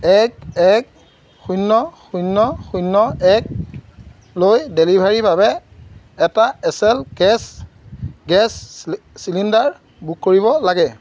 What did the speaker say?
এক এক শূন্য শূন্য শূন্য একলৈ ডেলিভাৰীৰ বাবে এটা S L gas gas cylinder book কৰিব লাগে